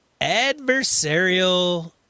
Adversarial